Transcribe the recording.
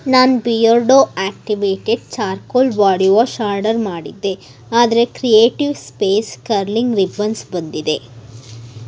ನಾನು Beardo activated charcoal body wash order ಮಾಡಿದ್ದೆ ಆದರೆ ಕ್ರಿಯೇಟಿವ್ ಸ್ಪೇಸ್ ಕರ್ಲಿಂಗ್ ರಿಬ್ಬನ್ಸ್ ಬಂದಿದೆ